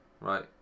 Right